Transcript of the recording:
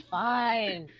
fine